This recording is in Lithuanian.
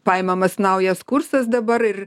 paimamas naujas kursas dabar ir